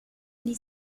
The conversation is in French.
lee